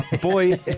Boy